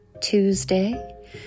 Tuesday